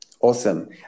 Awesome